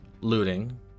looting